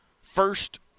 First